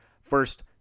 first